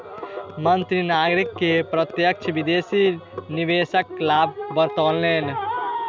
मंत्री नागरिक के प्रत्यक्ष विदेशी निवेशक लाभ बतौलैन